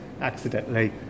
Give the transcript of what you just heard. accidentally